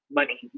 money